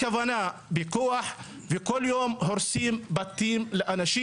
הכוונה בכוח, וכל יום הורסים בתים לאנשים.